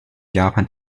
japan